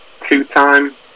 two-time